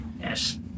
Yes